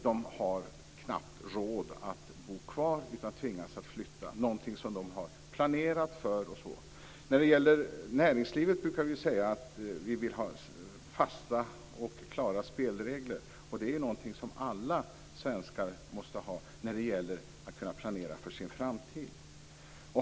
De har knappt råd att bo kvar, som de har planerat, utan tvingas flytta. När det gäller näringslivet brukar man säga att det ska vara fasta och klara spelregler. Det är någonting som alla svenskar måste ha när det gäller att kunna planera för sin framtid.